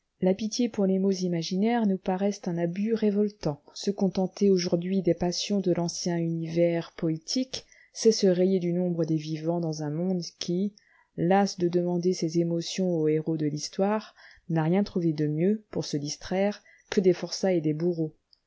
la pitié pour les maux imaginaires nous paraissait un abus révoltant se contenter aujourd'hui des passions de l'ancien univers poétique c'était se rayer du nombre des vivants dans un monde qui las de demander ses émotions aux héros de l'histoire n'a rien trouvé de mieux pour se distraire que des forçats et des bourreaux